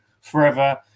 forever